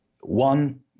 one